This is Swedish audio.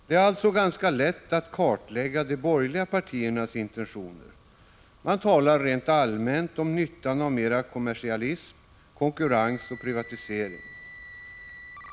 Det är alltså ganska lätt att kartlägga de borgerliga partiernas intentioner: man talar rent allmänt om nyttan av mera kommersialism, konkurrens och privatisering.